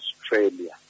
Australia